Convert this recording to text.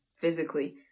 physically